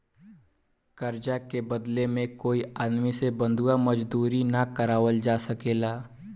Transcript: कर्जा के बदला में कोई आदमी से बंधुआ मजदूरी ना करावल जा सकेला